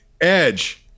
Edge